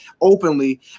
openly